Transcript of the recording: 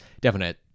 definite